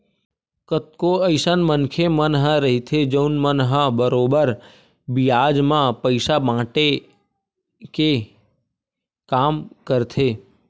कतको अइसन मनखे मन ह रहिथे जउन मन ह बरोबर बियाज म पइसा बाटे के काम करथे